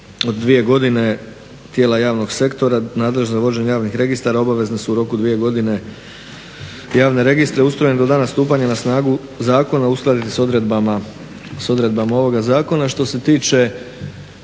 od 2 godine tijela javnog sektora nadležno je vođenje javnih registara, obavezno je u roku 2 godine javne registre ustrojiti do dana stupanja na snagu zakona uskladiti s odredbama ovoga zakona.